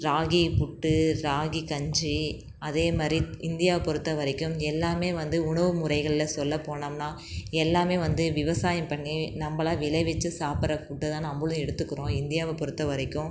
ராகி புட்டு ராகி கஞ்சி அதே மாதிரி இந்தியா பொருத்த வரைக்கும் எல்லாமே வந்து உணவு முறைகளில் சொல்லப் போனோம்னா எல்லாமே வந்து விவசாயம் பண்ணி நம்பளாவே விளைவிச்சு சாப்பிட்ற ஃபுட்டை தான் நம்பளும் எடுத்துக்கிறோம் இந்தியாவை பொருத்த வரைக்கும்